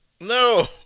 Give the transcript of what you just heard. No